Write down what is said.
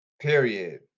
Period